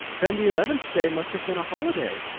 then the eleventh day must have been a holiday.